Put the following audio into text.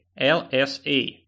LSA